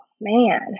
man